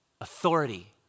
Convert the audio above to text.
authority